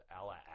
Allah